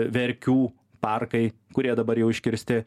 verkių parkai kurie dabar jau iškirsti